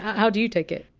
how do you take it?